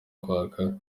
kwaka